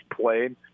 played